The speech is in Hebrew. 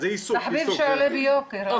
תחביב שעולה ביוקר.